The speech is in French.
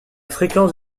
fréquence